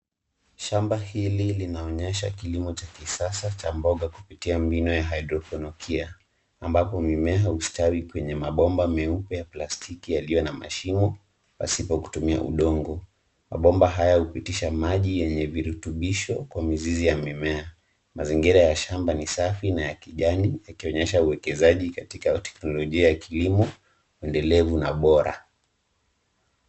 Shamba hili linaonyesha kilimo cha kisasa cha mboga kupitia mbinu ya hydroponic , ambapo mimea hustawi kwenye mabomba meupe ya plastiki yaliyo na mashimo pasipo kutumia udongo. Mabomba haya hupitisha maji yenye virutubisho kwa mizizi ya mimea. Mazingira ya shamba ni safi na ya kijani yakionyesha wekezaji katika teknolojia ya kilimo endelevu na bora.